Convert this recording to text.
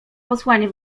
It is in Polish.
posłanie